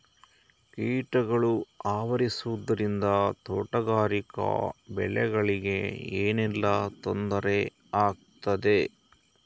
ಕೀಟಗಳು ಆವರಿಸುದರಿಂದ ತೋಟಗಾರಿಕಾ ಬೆಳೆಗಳಿಗೆ ಏನೆಲ್ಲಾ ತೊಂದರೆ ಆಗ್ತದೆ?